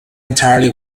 entirely